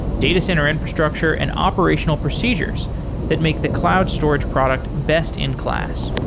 data center infrastructure and operational procedures that make the cloud storage product best in class.